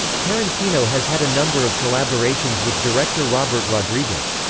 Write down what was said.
tarantino has had a number of collaborations with director robert rodriguez.